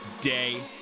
day